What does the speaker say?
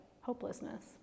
hopelessness